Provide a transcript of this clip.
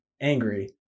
angry